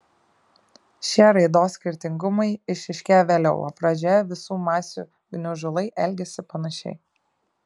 šie raidos skirtingumai išryškėja vėliau o pradžioje visų masių gniužulai elgiasi panašiai